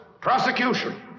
prosecution